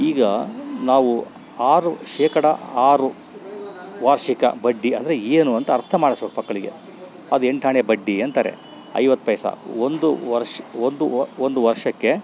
ಈಗ ನಾವು ಆರು ಶೇಕಡ ಆರು ವಾರ್ಷಿಕ ಬಡ್ಡಿ ಅಂದರೆ ಏನು ಅಂತ ಅರ್ಥ ಮಾಡಸ್ಬೇಕು ಮಕ್ಕಳಿಗೆ ಅದು ಎಂಟಾಣೆ ಬಡ್ಡಿ ಅಂತಾರೆ ಐವತ್ತು ಪೈಸೆ ಒಂದು ವರ್ಷ ಒಂದು ಒಂದು ವರ್ಷಕ್ಕೆ